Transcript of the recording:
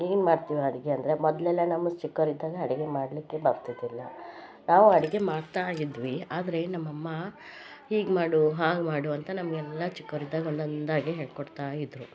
ಏನು ಅಡಿಗೆ ಮಾಡ್ತೀವಿ ಅಂದರೆ ಮೊದಲೆಲ್ಲ ನಮ್ಮ ಚಿಕ್ಕವರಿದ್ದಾಗ ಅಡಿಗೆ ಮಾಡಲಿಕ್ಕೆ ಬರ್ತಿದ್ದಿಲ್ಲ ನಾವು ಅಡಿಗೆ ಮಾಡ್ತಾ ಇದ್ವಿ ಆದರೆ ನಮ್ಮಮ್ಮ ಹೀಗ ಮಾಡು ಹಾಗ ಮಾಡು ಅಂತ ನಮಗೆಲ್ಲ ಚಿಕ್ಕವರಿದ್ದಾಗ ಒಂದೊಂದಾಗೆ ಹೇಳ್ಕೊಡ್ತಾ ಇದ್ದರು